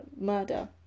murder